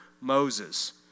Moses